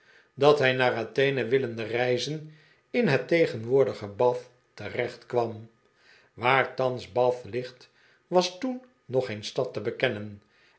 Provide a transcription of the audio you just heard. dat hij naar athene willende reizen in het tegen woor'dige bath terechtkwam waar thans bath ligt was toen nog geen stad te bekennen